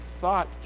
thought